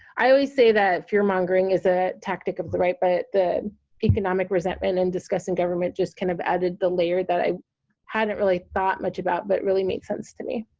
i always say that fear-mongering is a tactic of the right, but the economic resentment and disgust of and government just kind of added the layer that i hadn't really thought much about, but really made sense to me